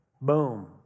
Boom